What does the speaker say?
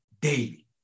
daily